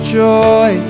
joy